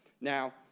Now